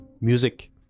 music